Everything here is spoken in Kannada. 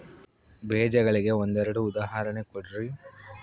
ಬೇಜಗಳಿಗೆ ಒಂದೆರಡು ಉದಾಹರಣೆ ಕೊಡ್ರಿ?